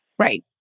Right